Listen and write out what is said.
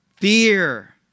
Fear